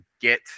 get